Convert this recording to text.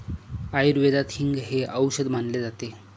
आयुर्वेदात हिंग हे औषध मानले जाते